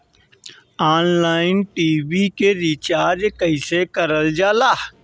Online TV के recharge कईसे करल जाला?